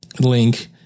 link